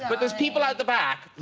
but there's people at the back